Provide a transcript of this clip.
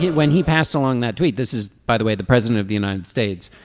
when he passed along that tweet. this is by the way the president of the united states.